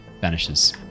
vanishes